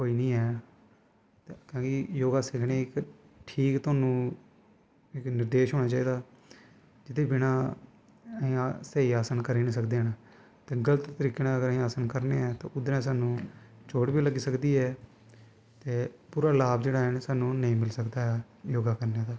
कोई नी ऐ तांकि योगा सिक्खनें गी इक ठीक तोआनू इक निर्देश होना चाही दा ओह्दे बिना स्हेई आसन करी नी सकदे हैन ते गल्त तरीके नै आसन करने आंते ओह्दै नै साह्नू चोट वी लग्गी सकदी ऐ ते पूरा लाभ साह्नू नेंई मिली सकदा ऐ योगा करनैव नै